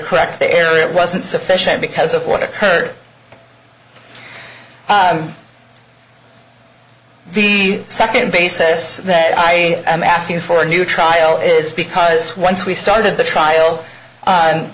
correct the error it wasn't sufficient because of what occurred the second basis that i am asking for a new trial is because once we started the trial